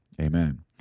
Amen